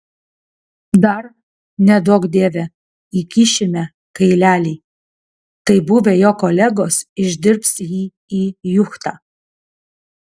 dar neduok dieve įkišime kailelį tai buvę jo kolegos išdirbs jį į juchtą